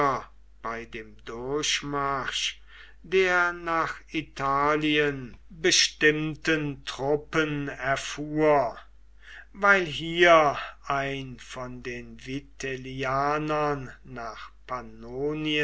bei dem durchmarsch der nach italien bestimmten truppen erfuhr weil hier ein von den vitellianern nach